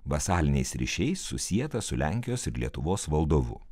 vasaliniais ryšiais susieta su lenkijos ir lietuvos valdovu